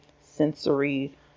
sensory